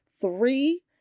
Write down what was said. three